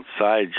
outside